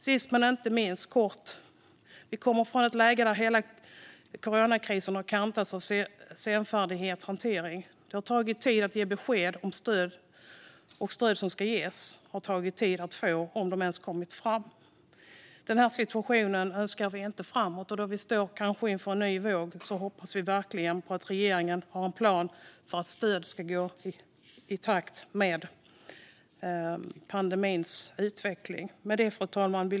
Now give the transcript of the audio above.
Sist, men inte minst, vill jag säga följande: Vi kommer från ett läge där hela coronakrisen har kantats av senfärdig hantering. Det har tagit tid att ge besked om vilket stöd som ska ges, och det har tagit tid att få stöd - om det ens kommit fram. Den här situationen vill vi inte se framåt. När vi nu kanske står inför en ny våg hoppas vi verkligen att regeringen har en plan för att stöden ska gå i takt med pandemins utveckling. Fru talman!